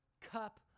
cup